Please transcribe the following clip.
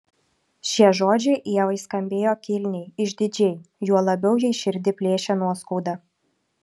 šie žodžiai ievai skambėjo kilniai išdidžiai juo labiau jai širdį plėšė nuoskauda